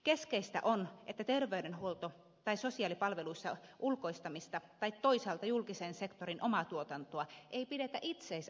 keskeistä on että terveydenhuolto tai sosiaalipalveluissa ulkoistamista tai toisaalta julkisen sektorin omaa tuotantoa ei pidetä itseisarvoina